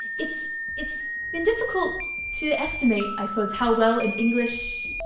it's it's been difficult to estimate, i suppose, how well in english,